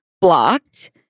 blocked